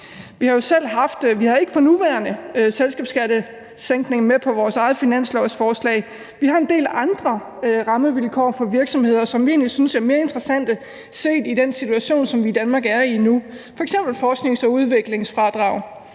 Vi har ikke for nuværende selskabsskattesænkning med på vores eget finanslovsforslag, men vi har en del andre rammevilkår for virksomheder, som vi egentlig synes er mere interessante set i den situation, som vi i Danmark er i nu, f.eks. forsknings- og udviklingsfradrag.